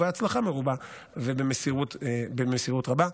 בהצלחה מרובה ובמסירות רבה.